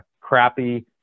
crappy